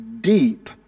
deep